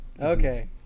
Okay